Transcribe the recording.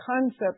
concept